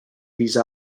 these